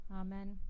Amen